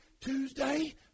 Tuesday